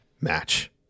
match